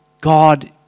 God